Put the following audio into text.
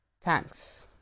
Thanks